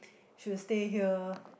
she'll stay here